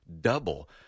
Double